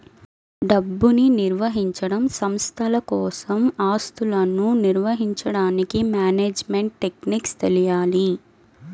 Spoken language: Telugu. డబ్బుని నిర్వహించడం, సంస్థల కోసం ఆస్తులను నిర్వహించడానికి మేనేజ్మెంట్ టెక్నిక్స్ తెలియాలి